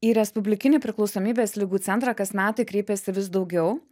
ir respublikinį priklausomybės ligų centrą kas metai kreipiasi vis daugiau